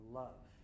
love